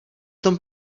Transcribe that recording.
tom